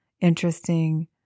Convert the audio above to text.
interesting